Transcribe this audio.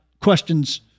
Questions